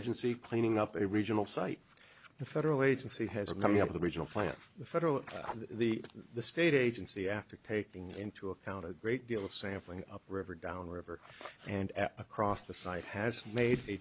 agency cleaning up a regional site the federal agency has a coming up the original plan the federal the the state agency after taking into account a great deal of sampling up river down river and across the site has ma